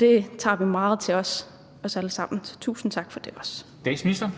Det tager vi alle sammen meget til os, så også